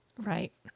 Right